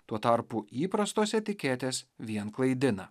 tuo tarpu įprastos etiketės vien klaidina